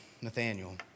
Nathaniel